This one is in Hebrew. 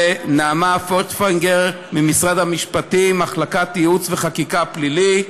ולנעמה פויכטונגר ממחלקת ייעוץ וחקיקה, פלילי,